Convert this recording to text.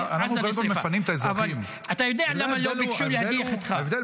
אבל אתה יודע למה לא ביקשו להדיח אותך --- אנחנו קודם כול